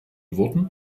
worten